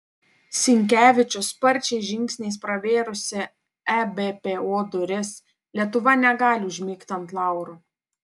sinkevičius sparčiais žingsniais pravėrusi ebpo duris lietuva negali užmigti ant laurų